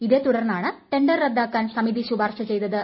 ഇതേ തുടർന്നാണ് ടെണ്ടർ റദ്ദാക്കൻ സമിതി ശുപാർശ ചെയ്തത്